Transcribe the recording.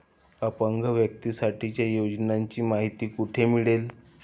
अपंग व्यक्तीसाठीच्या योजनांची माहिती कुठे मिळेल?